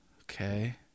Okay